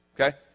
okay